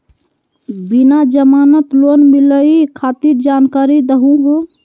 बिना जमानत लोन मिलई खातिर जानकारी दहु हो?